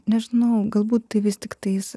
nežinau galbūt tai vis tiktais